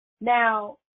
Now